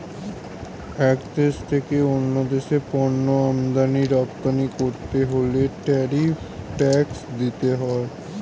এক দেশ থেকে অন্য দেশে পণ্য আমদানি রপ্তানি করতে হলে ট্যারিফ ট্যাক্স দিতে হয়